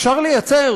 אפשר לייצר